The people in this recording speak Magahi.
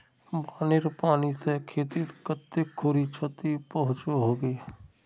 बानेर पानी से खेतीत कते खुरी क्षति पहुँचो होबे?